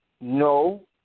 no